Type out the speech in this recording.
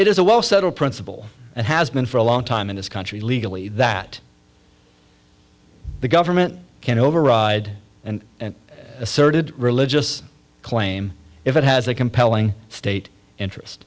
it is a well settled principle and has been for a long time in this country legally that the government can override and asserted religious claim if it has a compelling state interest